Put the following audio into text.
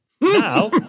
Now